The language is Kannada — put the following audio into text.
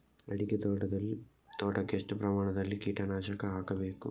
ಅಡಿಕೆ ತೋಟಕ್ಕೆ ಎಷ್ಟು ಪ್ರಮಾಣದಲ್ಲಿ ಕೀಟನಾಶಕ ಹಾಕಬೇಕು?